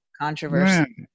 controversy